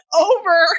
over